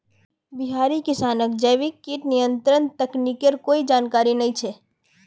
बिहारी किसानक जैविक कीट नियंत्रण तकनीकेर कोई जानकारी नइ छ